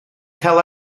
cael